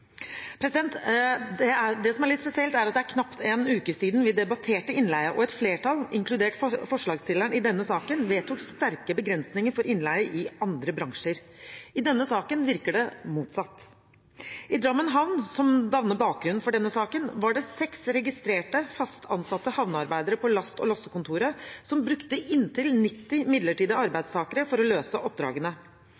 Det som er litt spesielt, er at det er knapt en uke siden vi debatterte innleie, og et flertall, inkludert forslagstillerne i denne saken, vedtok sterke begrensninger for innleie i andre bransjer. I denne saken virker det motsatt. I Drammen havn, som danner bakgrunn for denne saken, var det seks registrerte fast ansatte havnearbeidere på laste- og lossekontoret som brukte inntil 90 midlertidige